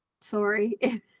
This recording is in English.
sorry